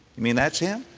mean that's him?